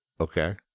Okay